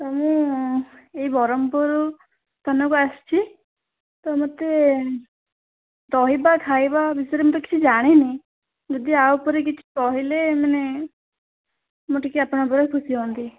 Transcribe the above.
sir ମୁଁ ଏଇ ବ୍ରହ୍ମପୁର ଥାନାକୁ ଆସିଛି ତ ମୋତେ ଚଳିବା ଖାଇବା ବିଷୟରେ ମୁଁ ତ କିଛି ଜାଣିନି ଯଦି ଉପରେ କିଛି କହିଲେ ମାନେ ମୁଁ ଟିକେ ଆପଣଙ୍କ ଭଳିଆ ଖୁସି ହୁଅନ୍ତି